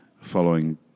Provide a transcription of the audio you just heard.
following